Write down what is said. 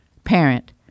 parent